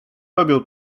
robią